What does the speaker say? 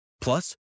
Plus